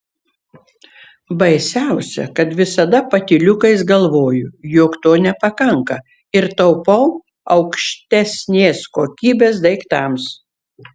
baisiausia kad visada patyliukais galvoju jog to nepakanka ir taupau aukštesnės kokybės daiktams